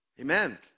Amen